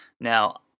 Now